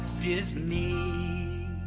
Disney